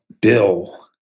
Bill